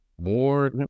More